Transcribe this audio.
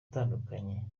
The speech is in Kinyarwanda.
atandukanye